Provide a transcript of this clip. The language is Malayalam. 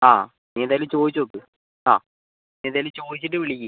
ആ നീ എന്തായാലും ചോദിച്ചു നോക്ക് ആ എന്തേലും ചോദിച്ചിട്ട് വിളിക്ക്